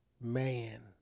man